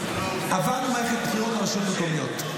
עברנו מערכת בחירות לרשויות מקומיות,